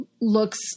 looks